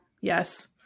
yes